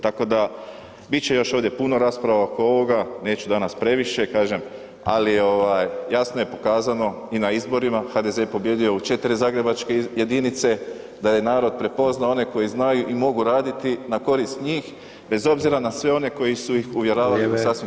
Tako da, bit će još ovdje puno rasprava oko ovoga, neću danas previše, kažem, ali, jasno je pokazano i na izborima, HDZ je pobijedio u 5 zagrebačke jedinice, da je narod prepoznao one koji znaju i mogu raditi na korist njih, bez obzira na sve one koji su ih uvjeravali u sasvim [[Upadica: Vrijeme.]] suprotno.